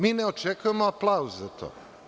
Mi ne očekujemo aplauz za to.